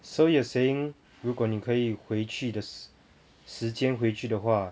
so you're saying 如果你可以回去的时间回去的话